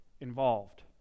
involved